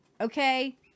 okay